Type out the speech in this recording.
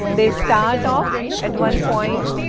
they start off at one point,